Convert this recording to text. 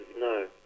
No